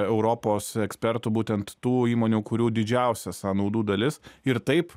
europos ekspertų būtent tų įmonių kurių didžiausia sąnaudų dalis ir taip